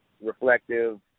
reflective